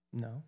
No